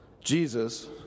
Jesus